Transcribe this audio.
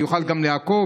אני אוכל גם לעקוב,